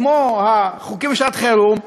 כמו חוקים לשעת-חירום,